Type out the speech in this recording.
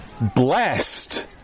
blessed